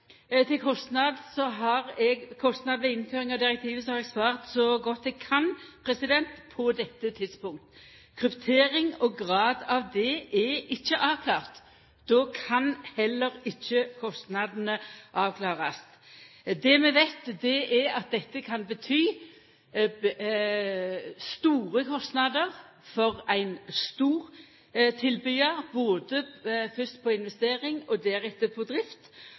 gjeld kostnad ved innføring av direktivet, har eg svart så godt eg kan på dette tidspunktet. Kryptering og graden av det er ikkje avklart. Då kan heller ikkje kostnadene avklarast. Det vi veit, er at dette kan bety store kostnader for ein stor tilbydar, fyrst på investering og deretter på drift.